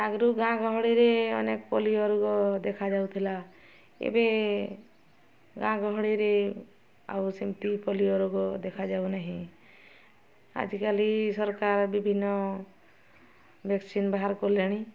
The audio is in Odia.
ଆଗରୁ ଗାଁ ଗହଳିରେ ଅନେକ ପୋଲିଓ ରୋଗ ଦେଖାଯାଉଥିଲା ଏବେ ଗାଁ ଗହଳିରେ ଆଉ ସେମିତି ପୋଲିଓ ରୋଗ ଦେଖାଯାଉ ନାହିଁ ଆଜିକାଲି ସରକାର ବିଭିନ୍ନ ଭ୍ୟାକ୍ସିନ୍ ବାହାର କଲେଣି